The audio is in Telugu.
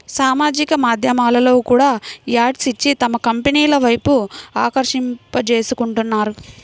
సామాజిక మాధ్యమాల్లో కూడా యాడ్స్ ఇచ్చి తమ కంపెనీల వైపు ఆకర్షింపజేసుకుంటున్నారు